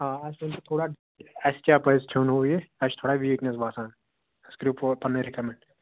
آ اَسہِ ؤنِو تھوڑا اَسہِ کیٛاہ پَزِ کھیٚون ہُہ یہِ اَسہِ چھِ تھوڑا ویٖکنٮ۪س باسان اَسہِ کٔرِو فُڈ پَنُن رِکَمٮ۪نٛڈ